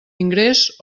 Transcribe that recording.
ingrés